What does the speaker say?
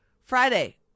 Friday